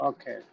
Okay